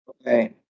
Okay